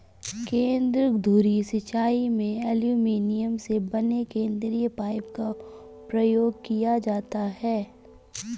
केंद्र धुरी सिंचाई में एल्युमीनियम से बने केंद्रीय पाइप का प्रयोग किया जाता है